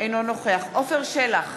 אינו נוכח עפר שלח,